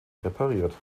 repariert